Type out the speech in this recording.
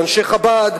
של אנשי חב"ד,